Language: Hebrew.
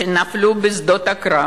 שנפלו בשדות הקרב,